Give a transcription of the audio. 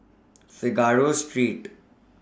Figaro Street